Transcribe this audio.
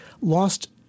lost